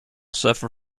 suffer